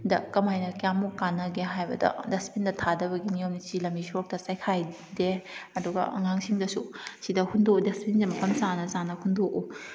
ꯗ ꯀꯃꯥꯏꯅ ꯀꯌꯥꯃꯨꯛ ꯀꯥꯟꯅꯒꯦ ꯍꯥꯏꯕꯗ ꯗꯁꯕꯤꯟꯗ ꯊꯥꯗꯕꯒꯤ ꯅꯤꯌꯣꯝꯁꯤ ꯂꯝꯕꯤ ꯁꯣꯔꯣꯛꯇ ꯆꯥꯏꯈꯥꯏꯗꯦ ꯑꯗꯨꯒ ꯑꯉꯥꯡꯁꯤꯡꯗꯁꯨ ꯑꯁꯤꯗ ꯍꯨꯟꯗꯣꯛꯎ ꯗꯁꯕꯤꯟꯁꯦ ꯃꯐꯝ ꯆꯥꯅ ꯆꯥꯅ ꯍꯨꯟꯗꯣꯛꯎ